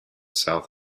south